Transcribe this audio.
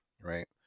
right